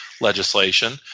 legislation